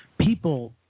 people